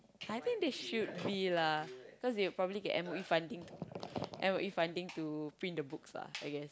I think they should be lah cause they would probably get M_O_E funding M_O_E funding to print the books ah I guess